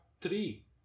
three